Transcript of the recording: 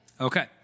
Okay